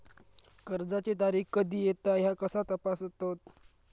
कर्जाची तारीख कधी येता ह्या कसा तपासतत?